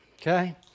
Okay